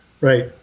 right